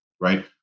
right